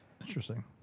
Interesting